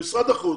במשרד החוץ,